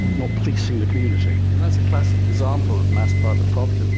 not policing the community. and that's a classic example of mass private property.